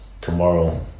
tomorrow